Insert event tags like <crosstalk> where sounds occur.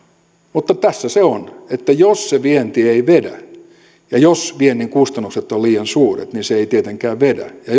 mutta tässä se on että jos se vienti ei vedä ja jos viennin kustannukset ovat liian suuret niin se ei tietenkään vedä ja <unintelligible>